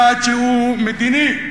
אחד שהוא מדיני,